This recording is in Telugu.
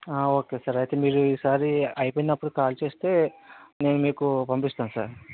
ఓకే సార్ అయితే మీరు ఈ సారి అయిపోయినప్పుడు కాల్ చేస్తే నేను మీకు పంపిస్తాను సార్